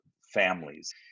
families